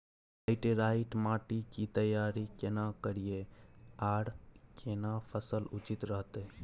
Laterite माटी की तैयारी केना करिए आर केना फसल उचित रहते?